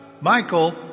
Michael